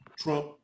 Trump